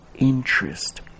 interest